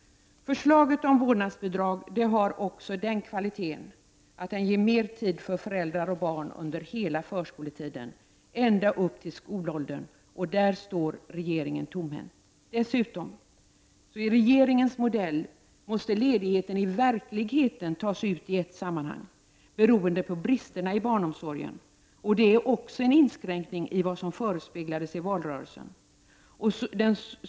Förslaget om vårdnadsbidrag har också den kvaliteten att det ger mer tid för föräldrar och barn under hela förskoletiden, ända upp till skolåldern, och i det avsendet står regeringen tomhänt. Dessutom: I regeringens modell måste ledigheten i verkligheten tas ut i ett sammanhang, beroende på bristerna i barnomsorgen, och även det är en inskränkning i förhållande till vad som förespeglades i valrörelsen.